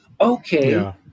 Okay